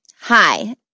Hi